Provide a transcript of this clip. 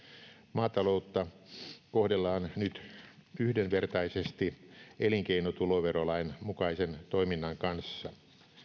maataloutta kohdellaan nyt yhdenvertaisesti elinkeinotuloverolain mukaisen toiminnan kanssa